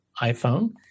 iPhone